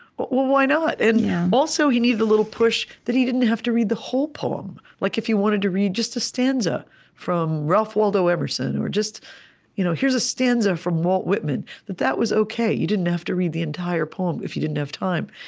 but well, why not? and also, he needed a little push that he didn't have to read the whole poem. like if he wanted to read just a stanza from ralph waldo emerson or just you know here's a stanza from walt whitman that that was ok. you didn't have to read the entire poem, if you didn't have time.